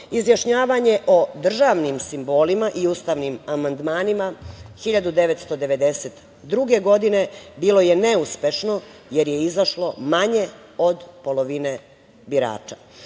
Izjašnjavanje o državnim simbolima i ustavnim amandmanima 1992. godine bilo je neuspešno, jer je izašlo manje od polovine birača. Kada